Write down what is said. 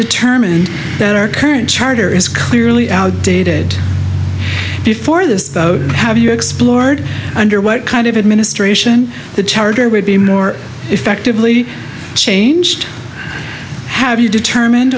determined that our current charter is clearly outdated before this have you explored under what kind of administration the charger would be more effectively changed have you determine